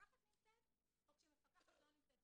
כשמפקחת נמצאת מאשר כשהיא לא נמצאת.